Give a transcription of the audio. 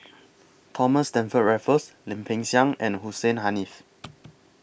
Thomas Stamford Raffles Lim Peng Siang and Hussein Haniff